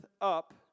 up